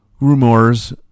Rumor's